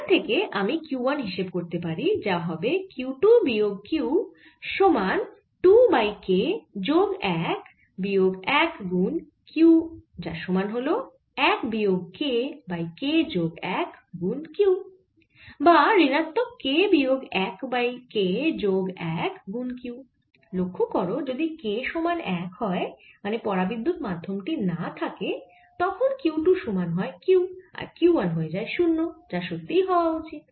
এখানে থেকে আমি q 1 হিসেব করতে পারি যা হবে q 2 বিয়োগ q সমান 2 বাই k যোগ 1 বিয়োগ 1 গুন q যার সমান হল 1 বিয়োগ k বাই k যোগ 1 গুন q বা ঋণাত্মক k বিয়োগ 1 বাই k যোগ 1 গুন q লক্ষ্য করো যদি k সমান 1 হয় মানে পরাবিদ্যুত মাধ্যম টি নেই তখন q 2 সমান হয় q আর q 1 হয়ে যায় 0 যা সত্যি হওয়া উচিত